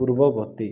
ପୂର୍ବବର୍ତ୍ତୀ